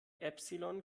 epsilon